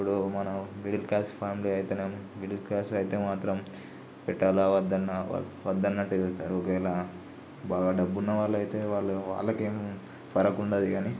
ఇప్పుడు మనం middle class family అయితేనేమో మిడిల్ క్లాస్ అయితే మాత్రం పెట్టాలా వద్దాన్నా వద్దనట్టు చూస్తారు ఒకవేల బాగా డబ్బున్న వాళ్ళయితే వాళ్ళు వాళ్ళకేం ఫరక్ ఉండదు గానీ